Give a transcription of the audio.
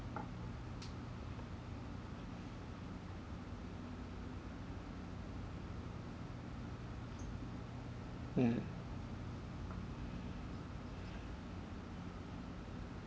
mm